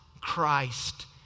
Christ